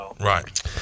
Right